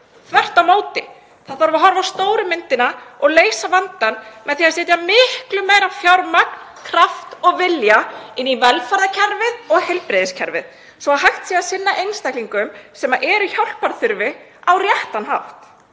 þvert á móti. Það þarf að horfa á stóru myndina og leysa vandann með því að setja miklu meira fjármagn, kraft og vilja í velferðarkerfið og heilbrigðiskerfið svo hægt sé að sinna einstaklingum sem eru hjálparþurfi á réttan hátt.